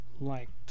liked